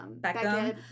Beckham